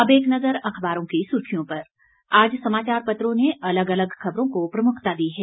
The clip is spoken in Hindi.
अब एक नजर अखबारों की सुर्खियों पर आज समाचारपत्रों ने अलग अलग खबरों को प्रमुखता दी है